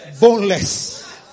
Boneless